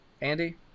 Andy